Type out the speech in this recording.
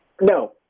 No